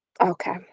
Okay